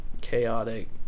Chaotic